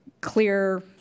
clear